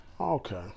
Okay